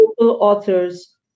authors